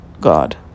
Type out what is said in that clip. god